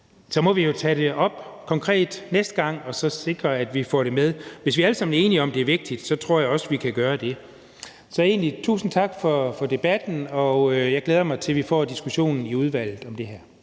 så må vi jo tage det op konkret næste gang og sikre, at vi får det med. Hvis vi alle sammen er enige om, at det er vigtigt, så tror jeg også, at vi kan gøre det. Så egentlig vil jeg sige tusind tak for debatten, og jeg glæder mig til, at vi får diskussionen om det her